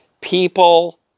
People